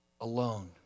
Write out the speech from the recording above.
alone